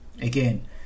Again